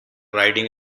riding